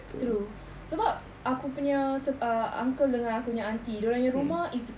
true sebab aku punya uncle dengan aku punya aunty dorang punya rumah is